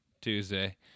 Tuesday